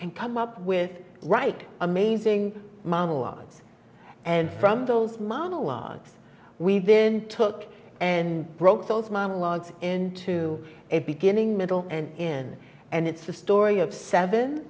and come up with right amazing monologues and from those monologues we then took and broke those monologues into a beginning middle and in and it's a story of seven